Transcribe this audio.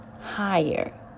Higher